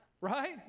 right